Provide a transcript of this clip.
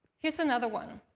here's another one.